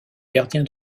gardien